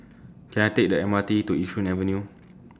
Can I Take The M R T to Yishun Avenue